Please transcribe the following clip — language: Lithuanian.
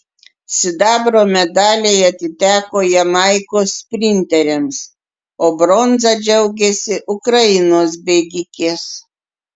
sidabro medaliai atiteko jamaikos sprinterėms o bronza džiaugėsi ukrainos bėgikės